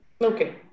Okay